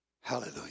Hallelujah